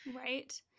right